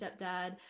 stepdad